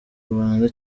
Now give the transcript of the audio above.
rwanda